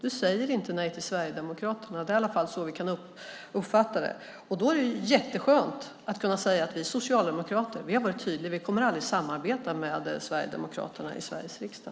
Han säger inte nej till Sverigedemokraterna. Det är i alla fall så vi kan uppfatta det. Men det är jätteskönt att kunna säga att vi socialdemokrater har varit tydliga. Vi kommer aldrig att samarbeta med Sverigedemokraterna i Sveriges riksdag.